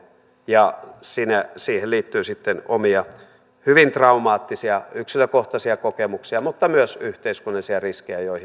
ja siihen liittyy sitten omia hyvin traumaattisia yksilökohtaisia kokemuksia mutta myös yhteiskunnallisia riskejä joihin viittasitte